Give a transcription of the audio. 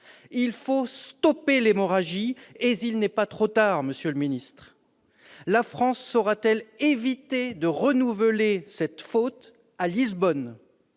Il faut stopper l'hémorragie et il n'est pas trop tard, monsieur le secrétaire d'État ! La France saura-t-elle éviter de renouveler cette faute dans